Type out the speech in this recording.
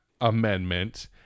amendment